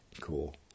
Cool